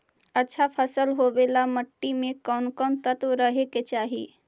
अच्छा फसल होबे ल मट्टी में कोन कोन तत्त्व रहे के चाही?